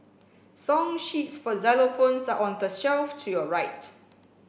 song sheets for xylophones are on the shelf to your right